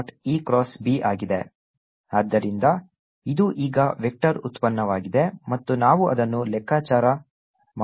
4πR2o E R20r2 r S 10 E× B ಆದ್ದರಿಂದ ಇದು ಈಗ ವೆಕ್ಟರ್ ಉತ್ಪನ್ನವಾಗಿದೆ ಮತ್ತು ನಾವು ಅದನ್ನು ಲೆಕ್ಕಾಚಾರ ಮಾಡುತ್ತೇವೆ